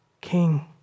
King